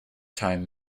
time